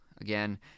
Again